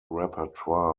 repertoire